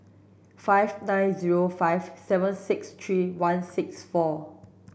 five nine zero five seven six three one six four